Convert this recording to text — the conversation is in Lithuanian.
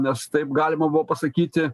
nes taip galima buvo pasakyti